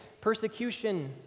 persecution